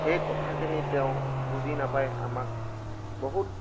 সেই কথাখিনি তেওঁ বুজি নাপাই আমাক বহুত